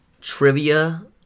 trivia